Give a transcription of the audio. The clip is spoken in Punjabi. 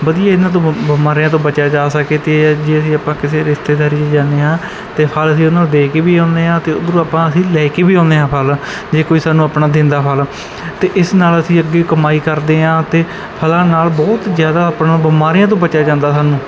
ਵਧੀਆ ਇਹਨਾਂ ਤੋਂ ਬ ਬਿਮਾਰੀਆਂ ਤੋਂ ਬਚਿਆ ਜਾ ਸਕੇ ਅਤੇ ਜੇ ਅਸੀਂ ਆਪਾਂ ਕਿਸੇ ਰਿਸ਼ਤੇਦਾਰੀ 'ਚ ਜਾਂਦੇ ਹਾਂ ਅਤੇ ਫਲ ਅਸੀਂ ਉਹਨਾਂ ਨੂੰ ਦੇ ਕੇ ਵੀ ਆਉਂਦੇ ਹਾਂ ਅਤੇ ਉੱਧਰੋਂ ਆਪਾਂ ਅਸੀਂ ਲੈ ਕੇ ਵੀ ਆਉਂਦੇ ਹਾਂ ਫਲ ਜੇ ਕੋਈ ਸਾਨੂੰ ਆਪਣਾ ਦਿੰਦਾ ਫਲ ਅਤੇ ਇਸ ਨਾਲ ਅਸੀਂ ਅੱਗੇ ਕਮਾਈ ਕਰਦੇ ਹਾਂ ਅਤੇ ਫਲਾਂ ਨਾਲ ਬਹੁਤ ਜ਼ਿਆਦਾ ਆਪਣਾ ਬਿਮਾਰੀਆਂ ਤੋਂ ਬਚਿਆ ਜਾਂਦਾ ਸਾਨੂੰ